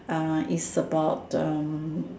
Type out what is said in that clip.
uh it's about um